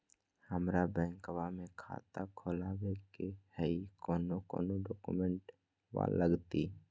हमरा बैंकवा मे खाता खोलाबे के हई कौन कौन डॉक्यूमेंटवा लगती?